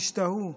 תשתהו,